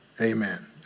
Amen